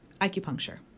acupuncture